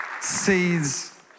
Seeds